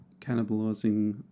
cannibalizing